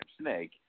snake